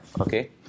okay